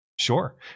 sure